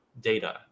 data